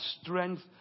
strength